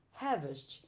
harvest